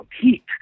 heat